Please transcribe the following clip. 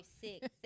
six